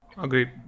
Agreed